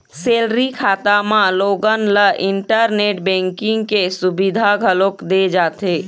salary खाता म लोगन ल इंटरनेट बेंकिंग के सुबिधा घलोक दे जाथे